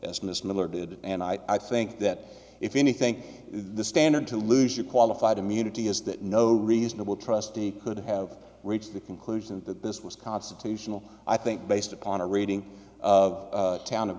miller did and i think that if anything the standard to lose you qualified immunity is that no reasonable trustee could have reached the conclusion that this was constitutional i think based upon a reading of town of